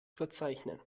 verzeichnen